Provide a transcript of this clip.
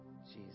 Jesus